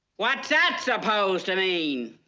like that supposed to mean?